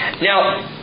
Now